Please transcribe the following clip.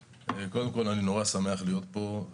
שלום לכולם, אני מאוד שמח להיות פה.